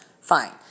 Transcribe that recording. Fine